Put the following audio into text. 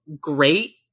great